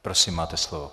Prosím, máte slovo.